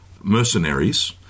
mercenaries